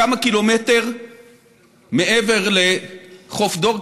כמה קילומטר מעבר לחוף דור,